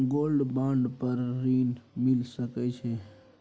Gold bond पर ऋण मिल सके छै?